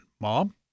Mom